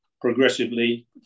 progressively